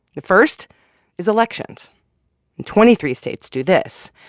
the first is elections, and twenty three states do this.